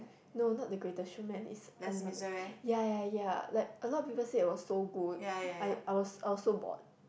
no not the Greatest-Showman is another ya ya ya like a lot of people said it was so good I I was I was so bored